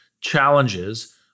challenges